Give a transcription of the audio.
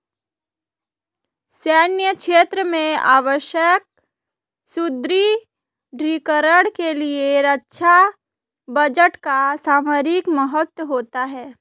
सैन्य क्षेत्र में आवश्यक सुदृढ़ीकरण के लिए रक्षा बजट का सामरिक महत्व होता है